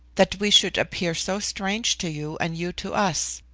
that we should appear so strange to you and you to us?